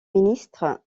ministre